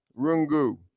Rungu